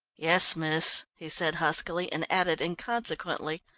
yes, miss, he said huskily and added inconsequently,